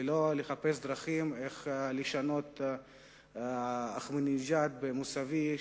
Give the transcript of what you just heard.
ולא לחפש דרכים איך לשנות את אחמדינג'אד למוסאווי,